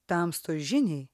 tamstos žiniai